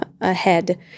ahead